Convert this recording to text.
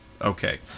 okay